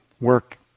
work